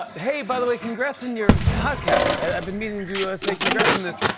but hey, by the way, congrats on your podcast. i've been meaning to say congrats on this.